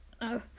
no